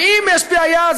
ואם יש בעיה,